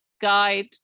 guide